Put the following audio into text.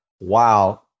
Wow